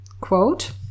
quote